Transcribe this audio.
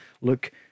look